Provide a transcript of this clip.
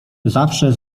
zawsze